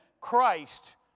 Christ